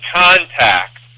contact